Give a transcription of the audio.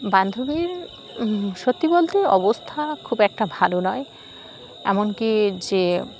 বান্ধবীর সত্যি বলতে অবস্থা খুব একটা ভালো নয় এমনকি যে